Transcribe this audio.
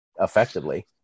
Effectively